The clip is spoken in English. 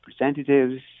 representatives